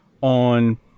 on